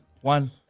one